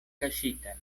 kaŝitan